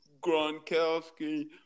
Gronkowski